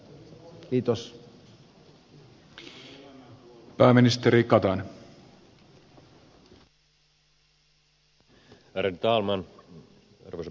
ärade talman arvoisa puhemies